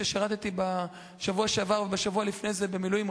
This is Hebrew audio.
ששירתי בשבוע שעבר ובשבוע שלפני זה במילואים,